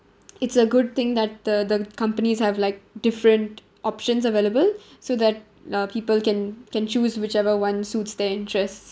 it's a good thing that the the companies have like different options available so that uh people can can choose whichever one suits their interests